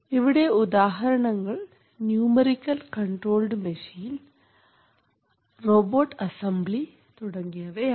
ഇവിടെ ഉദാഹരണങ്ങൾ numerical controlled machine robot assembly തുടങ്ങിയവയാണ്